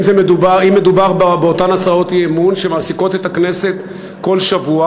אם מדובר באותן הצעות אי-אמון שמעסיקות את הכנסת כל שבוע.